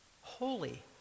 Holy